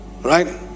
right